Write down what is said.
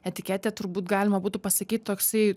etiketė turbūt galima būtų pasakyt toksai